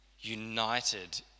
united